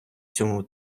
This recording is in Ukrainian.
цьому